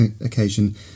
occasion